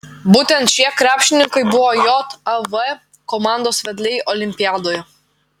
būtent šie krepšininkai buvo jav komandos vedliai olimpiadoje